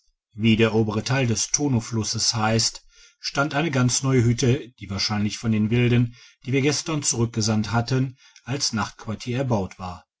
wie der obere teil des tonoflusses heisst stand eine ganz neue hütte die wahrscheinlich von den wilden die wir gestern zurückgesandt hatten als nachtquartier erbaut war